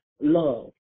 Love